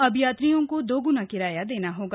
अब यात्रियों को दोग्ना किराया देना होगा